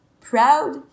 proud